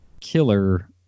killer